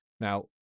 Now